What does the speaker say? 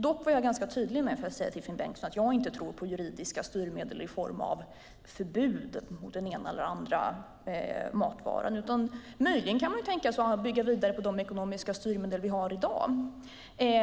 Dock var jag ganska tydlig med, vill jag säga till Finn Bengtsson, att jag inte tror på juridiska styrmedel i form av förbud mot den ena eller andra matvaran. Möjligen kan man tänka sig att bygga vidare på de ekonomiska styrmedel vi har i dag.